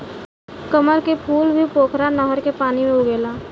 कमल के फूल भी पोखरा नहर के पानी में उगेला